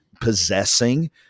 possessing